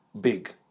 big